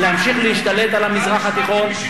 להמשיך ולהשתלט על המזרח התיכון.